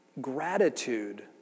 gratitude